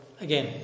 again